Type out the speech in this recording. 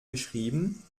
geschrieben